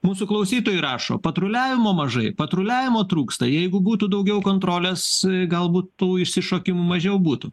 mūsų klausytojai rašo patruliavimo mažai patruliavimo trūksta jeigu būtų daugiau kontrolės galbūt tų išsišokimų mažiau būtų